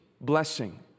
blessing